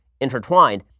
intertwined